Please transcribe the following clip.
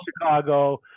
Chicago